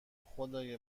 خدای